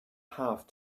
half